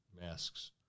masks